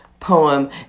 poem